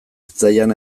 zitzaidan